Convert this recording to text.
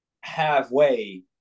halfway